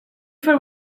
for